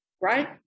right